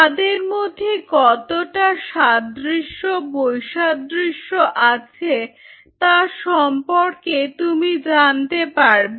তাদের মধ্যে কতটা সাদৃশ্য বৈসাদৃশ্য আছে তা সম্পর্কে তুমি জানতে পারবে